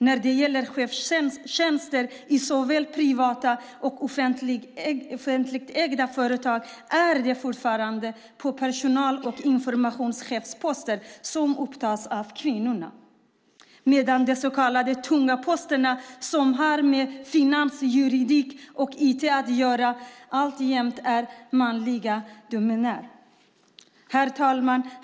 När det gäller chefstjänster i såväl privata som offentligt ägda företag är det fortfarande personal och informationschefsposterna som upptas av kvinnor medan de så kallade tunga posterna som har med finans, juridik och IT att göra alltjämt är manliga domäner. Herr talman!